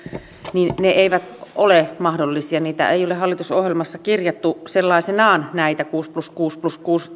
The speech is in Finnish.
ne eivät ole mahdollisia niitä ei ole hallitusohjelmassa kirjattu sellaisenaan esimerkiksi näitä kuusi plus kuusi plus kuusi